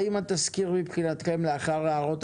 האם התזכיר מבחינתכם לאחר הערות,